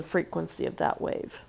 the frequency of that wave